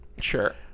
Sure